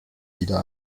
wieder